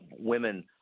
women